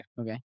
Okay